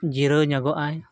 ᱡᱤᱨᱟᱹᱣ ᱧᱚᱜᱚᱜᱼᱟᱭ